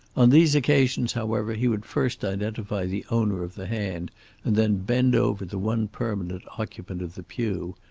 on these occasions, however, he would first identify the owner of the hand and then bend over the one permanent occupant of the pew,